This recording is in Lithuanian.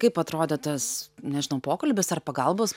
kaip atrodė tas nežinau pokalbis ar pagalbos